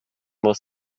muss